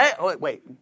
Wait